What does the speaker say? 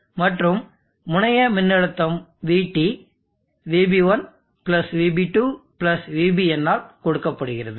மற்றும் முனைய மின்னழுத்தம் VT VB1 VB2 VBn ஆல் கொடுக்கப்படுகிறது